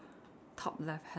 top left hand